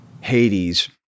Hades